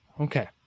Okay